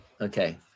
Okay